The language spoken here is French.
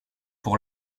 pour